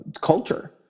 culture